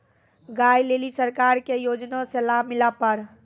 गाय ले ली सरकार के योजना से लाभ मिला पर?